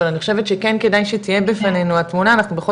אבל אני חושבת שכן כדאי שתהיה בפנינו התמונה אנחנו בכל